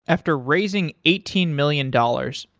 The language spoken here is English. after raising eighteen million dollars,